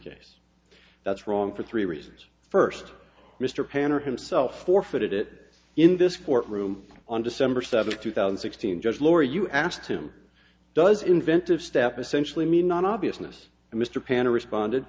case that's wrong for three reasons first mr panner himself forfeited it in this court room on december seventh two thousand sixteen just lower you asked him does inventive step essentially mean non obviousness and mr panel responded